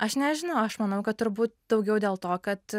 aš nežinau aš manau kad turbūt daugiau dėl to kad